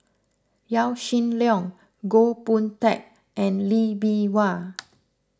Yaw Shin Leong Goh Boon Teck and Lee Bee Wah